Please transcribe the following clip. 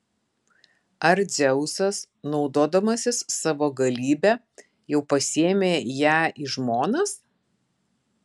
ar dzeusas naudodamasis savo galybe jau pasiėmė ją į žmonas